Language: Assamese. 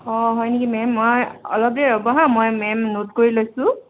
অঁ হয় নেকি মে'ম অঁ অলপ দেৰি ৰ'ব হা মে'ম নোট কৰি লৈছোঁ